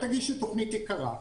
תגישו תוכנית יקרה,